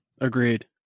Agreed